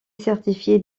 certifié